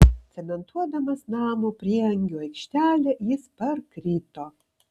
cementuodamas namo prieangio aikštelę jis parkrito